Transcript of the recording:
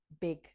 big